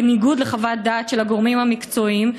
בניגוד לחוות דעת של הגורמים המקצועיים,